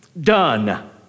done